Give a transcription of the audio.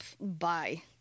bye